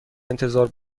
انتظار